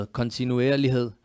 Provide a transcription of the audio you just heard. kontinuerlighed